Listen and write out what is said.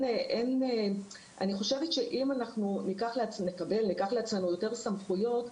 אני חושבת שאם ניקח לעצמנו יותר סמכויות,